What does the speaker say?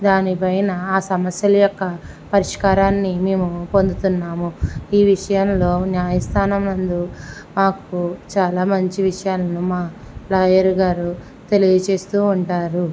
దానిపైన ఆ సమస్యల యొక్క పరిష్కారాన్ని మేము పొందుతున్నాము ఈ విషయాలలో న్యాయస్థానమందు మాకు చాలా మంచి విషయాలను మా లాయర్ గారు తెలియజేస్తూ ఉంటారు